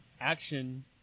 action